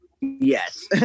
Yes